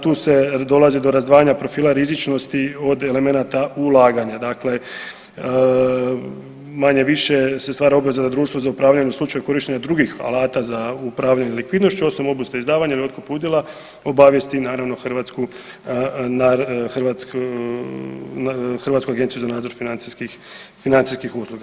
Tu se dolazi do razdvajanja profila rizičnosti od elemenata ulaganja, dakle manje-više se stvara obveza da društvo za upravljanje u slučaju korištenja drugih alata za upravljanje likvidnošću osim obustave izdavanja ili otkupa udjela obavijesti naravno Hrvatsku agenciju za nadzor financijskih usluga.